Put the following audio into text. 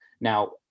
Now